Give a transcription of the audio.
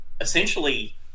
Essentially